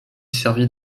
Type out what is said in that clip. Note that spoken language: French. servit